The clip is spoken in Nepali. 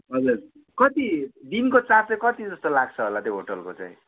हजुर कति दिनको चार्ज चाहिँ कति जस्तो लाग्छ होला त्यो होटेलको चाहिँ